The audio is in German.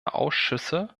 ausschüsse